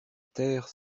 terre